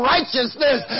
Righteousness